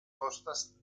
costas